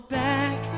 back